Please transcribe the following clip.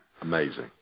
Amazing